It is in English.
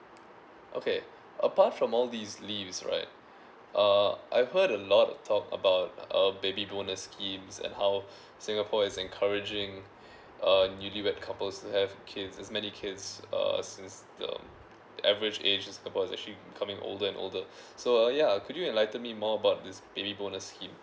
okay apart from all these leaves right uh I've heard a lot talk about uh baby bonus schemes and how singapore is encouraging uh newly wed couples to have kids as many kids err since the average age is about is actually becoming older and older so uh ya could you enlighten me more about this baby bonus scheme